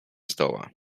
zdoła